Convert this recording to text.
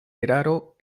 eraro